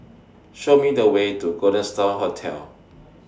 Show Me The Way to Golden STAR Hotel